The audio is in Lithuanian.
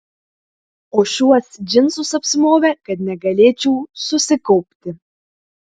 o šiuos džinsus apsimovė kad negalėčiau susikaupti